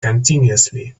continuously